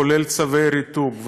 כולל צווי ריתוק,